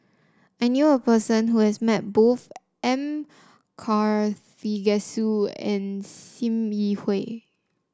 I knew a person who has met both M Karthigesu and Sim Yi Hui